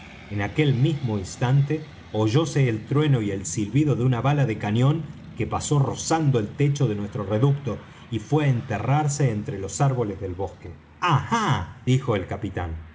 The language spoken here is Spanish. en aquel mismo instante oyóse el trueno y el silbido de una bala de cañón que pasó rozando el techo de nuestro reducto y fué á enterrarse entre los árboles del bosque ajá dijo el capitán